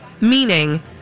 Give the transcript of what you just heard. Meaning